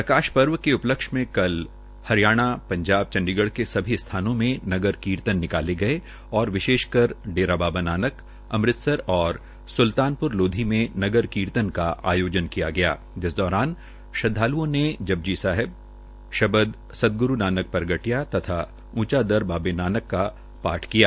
प्रकाश पर्व के उपलक्ष्य मे कल हरियाणा पंजाब चंडीढ़ के सभी स्थानों में नगरकीर्तन निकाले गये और विशेषकर डेरा बाबा नानक अमृतसर और सुल्तानप्र लोधी में कीर्तन का आयोजन किया गया जिस दौरान श्रद्वाल्ओं ने जपजी साहिब शब्द सत ग्रू नानक प्रगटीयां तथा ऊंचा दर बाबे नानक दा का पाठ किया गया